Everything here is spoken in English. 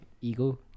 ego